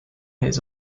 his